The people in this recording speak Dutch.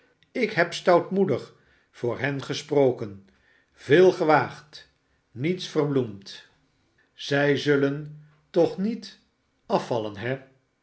ik heb stoutmoedig voor hen gesproken veel gewaagd niets verbloemd zij zullen toch niet afvallen he